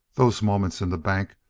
those moments in the bank,